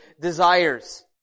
desires